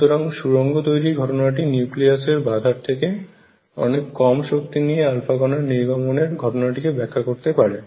সুতরাং সুরঙ্গ তৈরীর ঘটনাটি নিউক্লিয়াস এর বাঁধার থেকে অনেক কম শক্তি নিয়ে আলফা কণার নির্গমনের ঘটনাটিকে ব্যাখ্যা করতে পারে